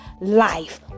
life